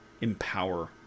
empower